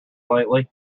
lately